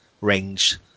range